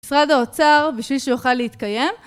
משרד האוצר בשביל שיוכל להתקיים.